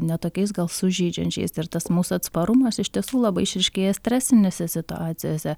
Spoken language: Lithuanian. ne tokiais gal sužeidžiančiais ir tas mūsų atsparumas iš tiesų labai išryškėja stresinėse situacijose